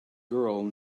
girl